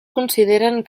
consideren